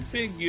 Big